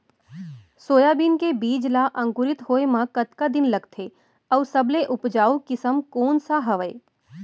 Soybean के बीज ला अंकुरित होय म कतका दिन लगथे, अऊ सबले उपजाऊ किसम कोन सा हवये?